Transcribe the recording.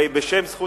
ויותר מכך כאשר בלבו